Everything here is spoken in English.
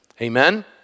Amen